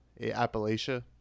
Appalachia